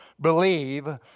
believe